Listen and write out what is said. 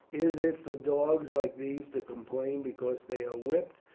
is it for dogs like these to complain because they are whipped?